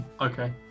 Okay